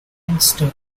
leinster